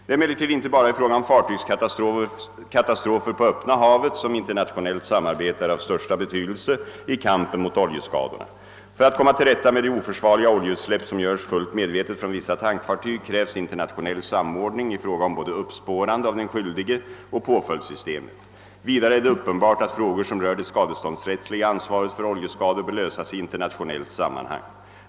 Det är emellertid inte bara i fråga om fartygskatastrofer på öppna havet som internationellt samarbete är av största betydelse i kampen mot oljeskadorna. För att komma till rätta med de oförsvarliga oljeutsläpp som görs fullt medvetet från vissa tankfartyg krävs internationell samordning i fråga om både uppspårande av den skyldige och påföljdssystemet. Vidare är det uppenbart att frågor som rör det skadeståndsrättsliga ansvaret för oljeskador bör lösas i internationellt sammanhang.